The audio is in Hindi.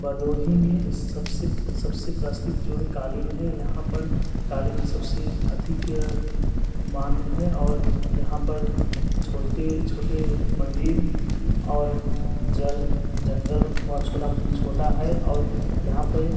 भदोही में सब से सब से प्रसिद्ध जो है क़ालीन हैं यहाँ पर क़ालीन सब से अधिक मान्य हैं और यहाँ पर छोटे छोटे मंदिर और जल जंगल अथवा छोटा छोटा है और यहाँ पर